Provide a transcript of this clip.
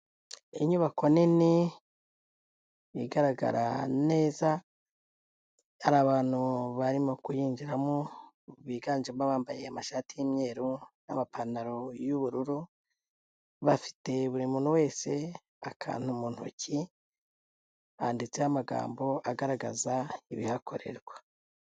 Inyubako nini, igaragara neza, hari abantu barimo kuyinjiramo biganjemo abambaye amashati y'imyeru n'amapantaro y'ubururu, bafite buri muntu wese akantu mu ntoki, handitseho amagambo agaragaza ibihakorerwa.